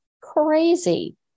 crazy